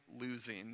losing